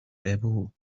able